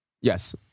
Yes